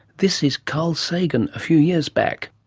this is carl sagan a few years back.